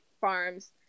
farms